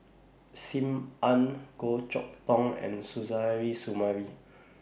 SIM Ann Goh Chok Tong and Suzairhe Sumari